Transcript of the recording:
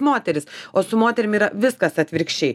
moterys o su moterim yra viskas atvirkščiai